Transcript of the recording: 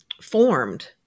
formed